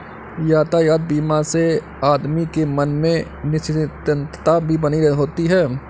यातायात बीमा से आदमी के मन में निश्चिंतता भी बनी होती है